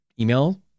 email